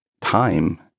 time